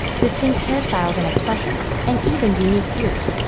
distinct hairstyles and expressions, and even unique ears.